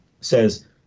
says